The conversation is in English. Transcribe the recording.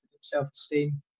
self-esteem